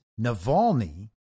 Navalny